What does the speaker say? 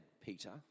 Peter